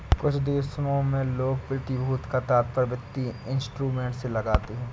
कुछ देशों में लोग प्रतिभूति का तात्पर्य वित्तीय इंस्ट्रूमेंट से लगाते हैं